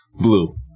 blue